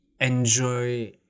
enjoy